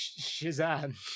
Shazam